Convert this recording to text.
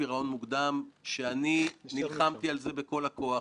אנחנו הולכים לעשות את הדברים לטובת האזרחים.